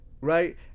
right